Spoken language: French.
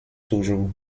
toujours